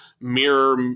mirror